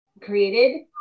created